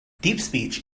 deepspeech